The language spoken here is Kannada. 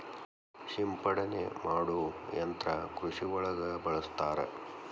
ಸಿಂಪಡನೆ ಮಾಡು ಯಂತ್ರಾ ಕೃಷಿ ಒಳಗ ಬಳಸ್ತಾರ